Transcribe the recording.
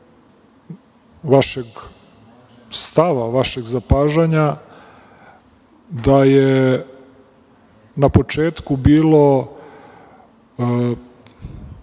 vašeg stava, vašeg zapažanja da je na početku bilo